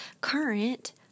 current